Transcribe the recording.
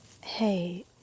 Hey